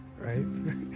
right